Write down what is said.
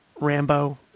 Rambo